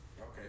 Okay